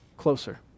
closer